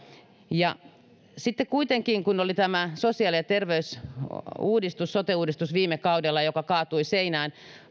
sitten kuitenkin kun tämä sosiaali ja terveysuudistus sote uudistus viime kaudella kaatui seinään